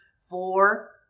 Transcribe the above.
four